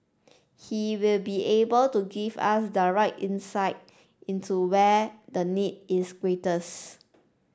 he will be able to give us direct insight into where the need is greatest